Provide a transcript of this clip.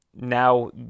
now